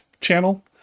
channel